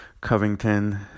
Covington